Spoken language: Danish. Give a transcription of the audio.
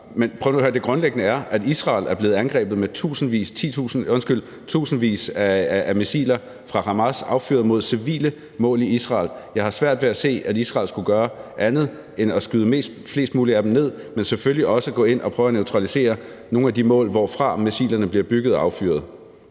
høre: Det grundlæggende er, at Israel er blevet angrebet med tusindvis af missiler affyret af Hamas mod civile mål i Israel. Jeg har svært ved at se, at Israel skulle gøre andet end at skyde flest mulige af dem ned; men Israel skal selvfølgelig også gå ind og prøve at neutralisere nogle af de mål, hvorfra missilerne bliver bygget og affyret.